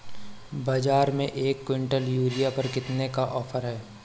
बाज़ार में एक किवंटल यूरिया पर कितने का ऑफ़र है?